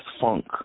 funk